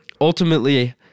ultimately